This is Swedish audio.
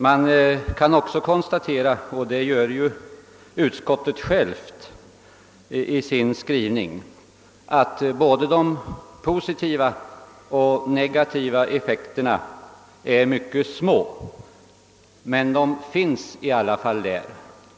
Man kan också konstatera — det gör utskottet självt i sin skrivning — att både de positiva och de negativa effekterna är mycket små, men de finns i alla fall där.